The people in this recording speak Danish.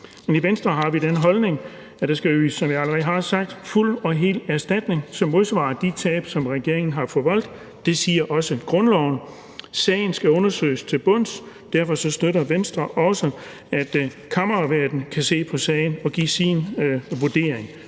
jeg allerede har sagt, skal ydes fuld og hel erstatning, som modsvarer de tab, som regeringen har forvoldt. Det siger grundloven også. Sagen skal undersøges til bunds. Derfor støtter Venstre også, at Kammeradvokaten kan se på sagen og give sin vurdering.